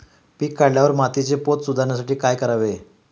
पीक काढल्यावर मातीचा पोत सुधारण्यासाठी काय करावे?